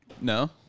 no